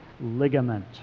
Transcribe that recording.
ligament